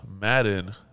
Madden